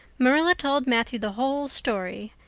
marilla told matthew the whole story,